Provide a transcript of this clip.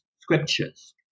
scriptures